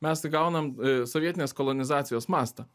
mes įgaunam sovietinės kolonizacijos mastą